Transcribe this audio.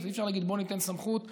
ואי-אפשר להגיד: בוא ניתן סמכות ויאללה.